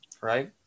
right